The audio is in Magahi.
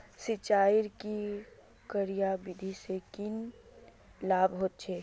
सिंचाईर की क्यारी विधि से की लाभ होचे?